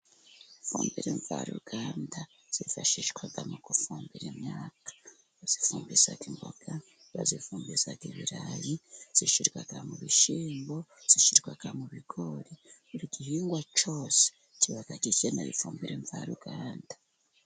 Ifumbire mvaruganda zifashishwa mu gufumbira imyaka, bayifumbiza imboga, bazivumbiza ibirayi, zishirwa mu bishyimbo, zishyirwa mu bigori, buri gihingwa cyose kiba gikeneye ifumbire mvaruganga.